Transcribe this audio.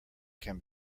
can